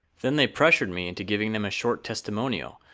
then they pressured me into giving them a short testimonial,